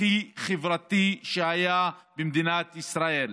הכי חברתי שהיה במדינת ישראל.